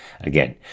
again